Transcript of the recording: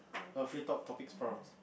on free talk topics prompts